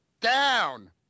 down